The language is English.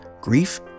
Grief